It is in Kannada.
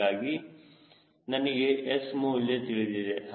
ಹೀಗಾಗಿ ನನಗೆ S ಮೌಲ್ಯ ತಿಳಿದಿದೆ